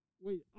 Wait